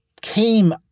came